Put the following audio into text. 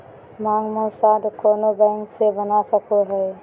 मांग मसौदा कोनो बैंक से बना सको हइ